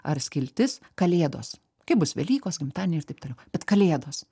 ar skiltis kalėdos kai bus velykos gimtadieniai ir taip toliau bet kalėdos